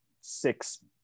six